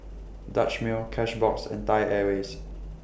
Dutch Mill Cashbox and Thai Airways